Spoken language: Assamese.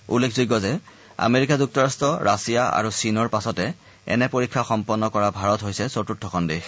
উল্লেখযোগ্য যে আমেৰিকা যুক্তৰাষ্ট ৰাছিয়া আৰু চীনৰ পিচতে এনে পৰীক্ষা সম্পন্ন কৰা ভাৰত হৈছে চতুৰ্থখন দেশ